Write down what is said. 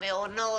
מעונות,